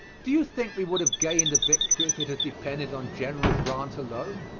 do you think we would have gained a victory if it had depended on general grant alone?